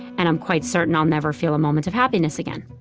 and i'm quite certain i'll never feel a moment of happiness again.